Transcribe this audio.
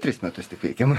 tris metus tik veikiam